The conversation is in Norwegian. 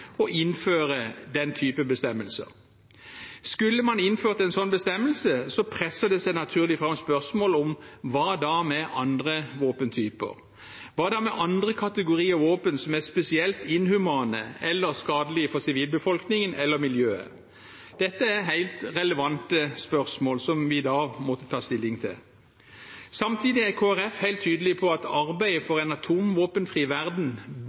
å innføre den type bestemmelse. Skulle man innført en slik bestemmelse, presser det seg naturlig fram spørsmål som: Hva da med andre våpentyper? Hva da med andre kategorier våpen som er spesielt inhumane eller skadelige for sivilbefolkningen eller miljøet? Dette er helt relevante spørsmål som vi da måtte ta stilling til. Samtidig er Kristelig Folkeparti helt tydelig på at arbeidet for en atomvåpenfri verden